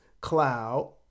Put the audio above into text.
cloud